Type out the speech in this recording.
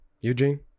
Eugene